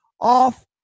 off